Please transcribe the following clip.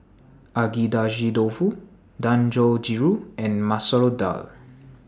Agedashi Dofu Dangojiru and Masoor Dal